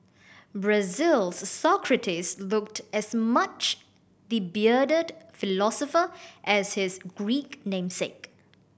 Brazil's Socrates looked as much the bearded philosopher as his Greek namesake